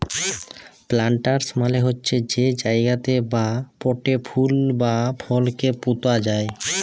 planters মালে হছে যে জায়গাতে বা পটে ফুল বা ফলকে পুঁতা যায়